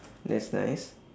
that's nice